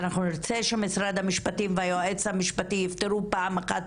אנחנו נרצה שמשרד המשפטים והיועץ המשפטי יפתרו פעם אחת